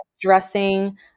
dressing